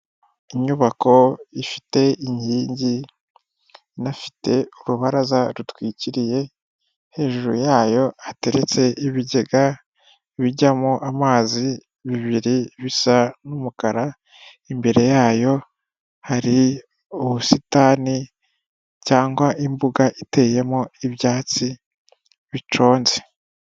Inyubako ifite inkingi inafite urubaraza rutwikiriye, hejuru yayo hateretse ibigega bijyamo amazi bibiri bisa n'umukara. Imbere yayo hari ubusitani cyangwa imbuga iteyemo ibyatsi biconze.